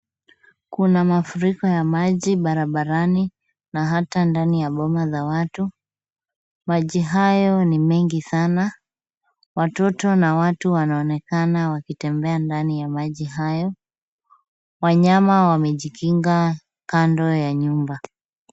Kuna mafuriko ya maji barabarani na hata ndani ya boma za watu. Maji hayo ni mengi sana. Watoto na watu wanaonekana wakitembea ndani ya maji hayo. Wanyama wamejikinga kando ya nyumba.